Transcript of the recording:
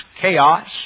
chaos